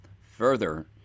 Further